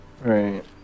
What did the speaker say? Right